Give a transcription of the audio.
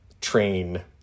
train